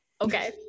okay